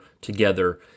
together